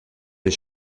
des